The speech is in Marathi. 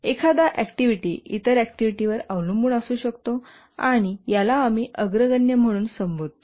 एखादा ऍक्टिव्हिटी इतर ऍक्टिव्हिटीवर अवलंबून असू शकतो आणि याला आम्ही अग्रगण्य म्हणून संबोधतो